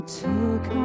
took